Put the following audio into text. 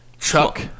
Chuck